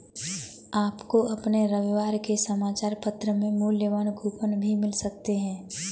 आपको अपने रविवार के समाचार पत्र में मूल्यवान कूपन भी मिल सकते हैं